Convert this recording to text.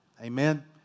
Amen